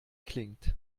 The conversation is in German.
klingt